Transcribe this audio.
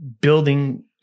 building